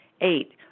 Eight